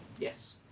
Yes